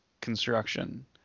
construction